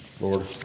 Lord